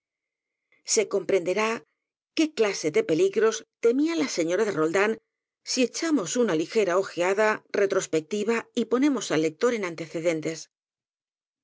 se comprenderá qué clase de peligros temía la señora de roldán si echamos una ligera ojeada re trospectiva y ponemos al lector en antecedentes